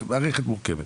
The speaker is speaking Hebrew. מערכת מורכבת.